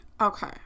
okay